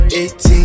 18